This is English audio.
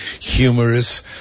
humorous